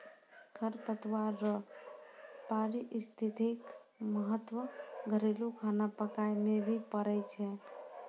खरपतवार रो पारिस्थितिक महत्व घरेलू खाना बनाय मे भी पड़ै छै